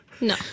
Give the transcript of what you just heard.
No